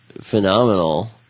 phenomenal